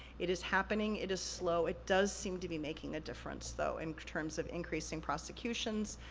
it is happening, it is slow, it does seem to be making a difference, though, in terms of increasing prosecutions,